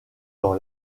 dans